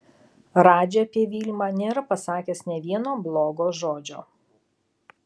radži apie vilmą nėra pasakęs nė vieno blogo žodžio